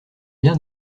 bien